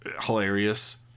hilarious